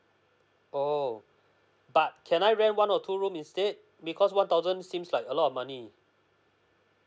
oh but can I rent one or two room instead because one thousand seems like a lot of money